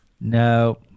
No